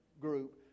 group